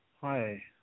Hi